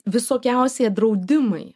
visokiausi draudimai